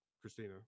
Christina